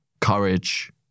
courage